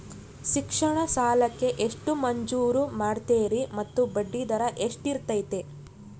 ಶಿಕ್ಷಣ ಸಾಲಕ್ಕೆ ಎಷ್ಟು ಮಂಜೂರು ಮಾಡ್ತೇರಿ ಮತ್ತು ಬಡ್ಡಿದರ ಎಷ್ಟಿರ್ತೈತೆ?